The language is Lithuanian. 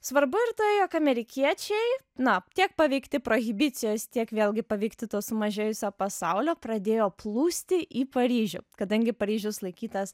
svarbu ir tai jog amerikiečiai na tiek paveikti prohibicijos tiek vėlgi paveikti to sumažėjusio pasaulio pradėjo plūsti į paryžių kadangi paryžius laikytas